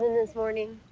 this morning?